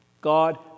God